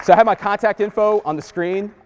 so have my contact info on the screen.